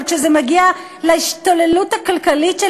אבל כשזה מגיע להשתוללות הכלכלית של